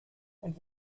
und